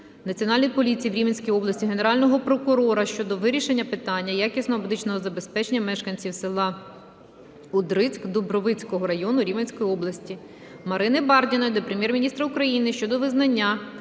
Національної поліції в Рівненській області, Генерального прокурора щодо вирішення питання якісного медичного забезпечення мешканців села Удрицьк Дубровицького району Рівненської області. Марини Бардіної до Прем'єр-міністра України щодо визначення